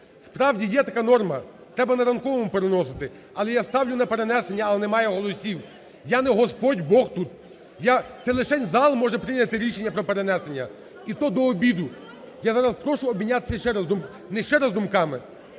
Справді є така норма, треба на ранковому переносити, але я ставлю на перенесення, але немає голосів. Я не Господь Бог тут. Я… це лишень зал може прийняти рішення про перенесення і то до обіду. Я зараз прошу обмінятися ще раз… не ще раз ,думками